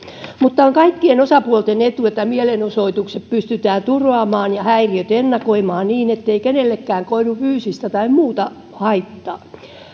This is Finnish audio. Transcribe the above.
mutta on kaikkien osapuolten etu että mielenosoitukset pystytään turvaamaan ja häiriöt ennakoimaan niin ettei kenellekään koidu fyysistä tai muuta haittaa